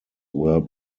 were